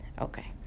Okay